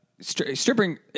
Stripping